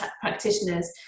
practitioners